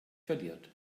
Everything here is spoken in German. verliert